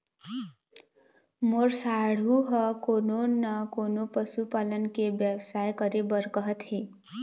मोर साढ़ू ह कोनो न कोनो पशु पालन के बेवसाय करे बर कहत हे